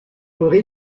vrai